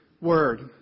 word